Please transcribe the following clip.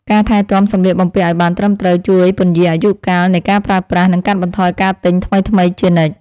ការថែទាំសម្លៀកបំពាក់ឱ្យបានត្រឹមត្រូវជួយពន្យារអាយុកាលនៃការប្រើប្រាស់ និងកាត់បន្ថយការទិញថ្មីៗជានិច្ច។